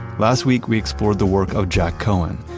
last week we explored the work of jack cohen.